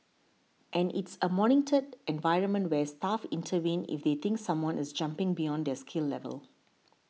and it's a monitored environment where staff intervene if they think someone is jumping beyond their skill level